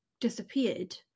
disappeared